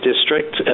district